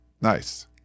Nice